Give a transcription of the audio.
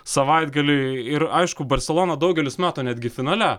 savaitgaliui ir aišku barseloną daugelis mato netgi finale